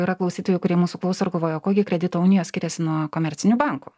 yra klausytojų kurie mūsų klauso ir galvoja o kuo gi kredito unija skiriasi nuo komercinių bankų